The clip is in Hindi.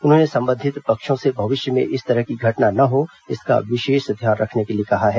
उन्होंने संबंधित पक्षों से भविष्य में इस तरह की घटना न हो इसका विशेष ध्यान रखने के लिए कहा है